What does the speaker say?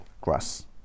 grass